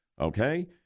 Okay